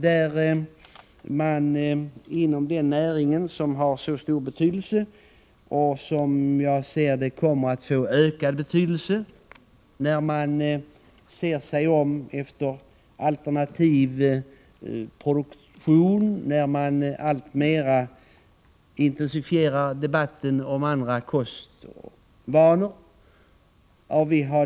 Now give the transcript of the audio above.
Näringen har mycket stor betydelse och den kommer, som jag ser det, att få ökad vikt när man ser sig om efter alternativ produktion och när debatten om andra kostvanor alltmer intensifieras.